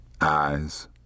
eyes